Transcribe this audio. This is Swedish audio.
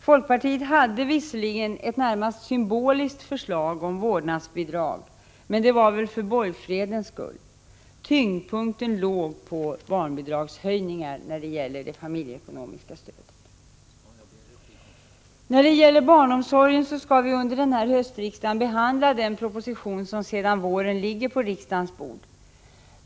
Folkpartiet hade visserligen ett förslag om ett i det närmaste symboliskt vårdnadsbidrag, men det var väl för borgfredens skull. Tyngdpunkten låg på barnbidragshöjningar när det gäller det familjeekonomiska stödet. När det gäller barnomsorgen vill jag säga att vi under denna höstsession skall behandla den proposition som sedan våren ligger på riksdagens bord.